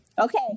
Okay